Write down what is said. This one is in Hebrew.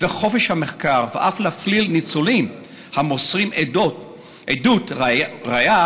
וחופש המחקר ואף להפליל ניצולים המוסרים עדות ראייה